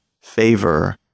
favor